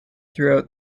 throughout